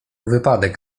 wypadek